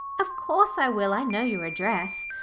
of course i will i know your address,